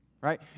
Right